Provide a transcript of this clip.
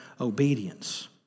obedience